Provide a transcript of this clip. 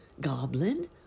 Goblin